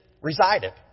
resided